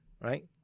right